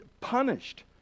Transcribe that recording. punished